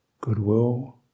goodwill